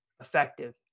effective